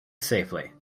safely